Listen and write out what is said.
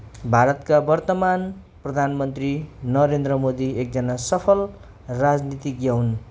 भारतका वर्तमान प्रधानमन्त्री नरेन्द्र मोदी एक सफल राजनीतिज्ञ हुन